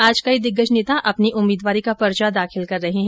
आज कई दिग्गज नेता अपनी उम्मीदवारी का पर्चा दाखिल कर रहे है